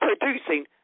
producing